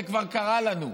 זה כבר קרה לנו.